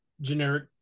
generic